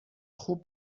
خوب